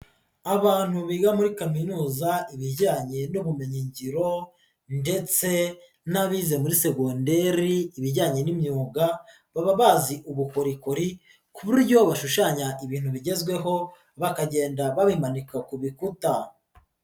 Abantu biga muri kaminuza ibijyanye n'ubumenyingiro, ndetse n'abize muri segonderi ibijyanye n'imyuga, baba bazi ubukorikori ku buryo bashushanya ibintu bigezweho bakagenda babimanika ku bikuta.